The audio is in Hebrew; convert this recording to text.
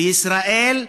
בישראל,